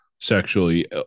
sexually